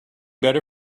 better